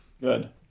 Good